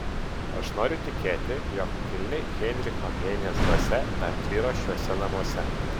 aš noriu tikėti jog kilni heinricho heinės dvasia dar tvyro šiuose namuose